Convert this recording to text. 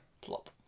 Plop